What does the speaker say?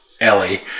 ellie